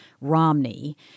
Romney